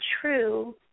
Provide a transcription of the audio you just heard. true